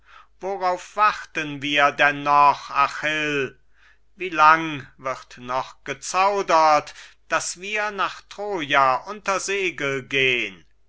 worauf warten wir denn noch achill wie lang wird noch gezaudert bis wir nach troja unter segel gehn